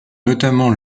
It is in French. notamment